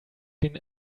been